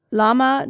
Lama